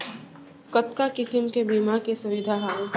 कतका किसिम के बीमा के सुविधा हावे?